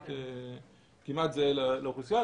כמעט זהה לאוכלוסייה,